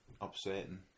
upsetting